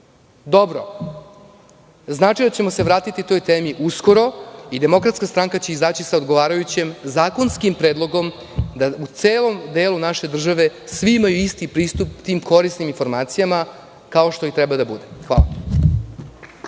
Dobro, znači da ćemo se vratiti toj temi uskoro i DS će izaći sa odgovarajućim zakonskim predlogom da u celom delu naše države svi imaju isti pristup tim korisnim informacijama, kao što i treba da bude. Hvala.